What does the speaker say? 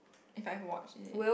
if I watch it